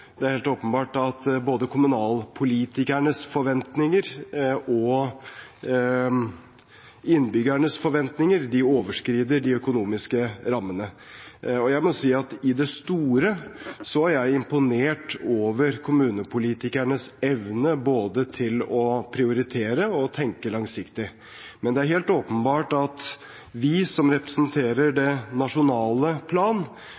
Det er helt åpenbart at både kommunalpolitikernes forventninger og innbyggernes forventninger overskrider de økonomiske rammene. Jeg må si at i det store er jeg imponert over kommunepolitikernes evne både til å prioritere og til å tenke langsiktig. Men det er helt åpenbart at vi som representerer det nasjonale plan,